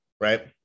right